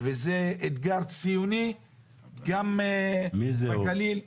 וזה אתגר ציוני גם בגליל.